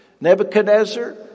Nebuchadnezzar